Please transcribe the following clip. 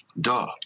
Duh